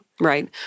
Right